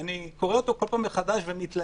אני קורא אותו ובכל פעם מחדש מתלהב,